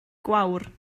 gwawr